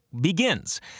begins